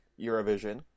Eurovision